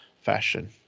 Fashion